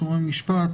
שומרי משפט,